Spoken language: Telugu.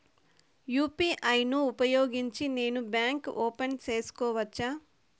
యు.పి.ఐ ను ఉపయోగించి నేను బ్యాంకు ఓపెన్ సేసుకోవచ్చా?